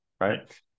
right